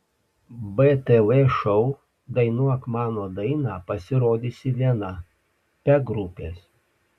btv šou dainuok mano dainą pasirodysi viena be grupės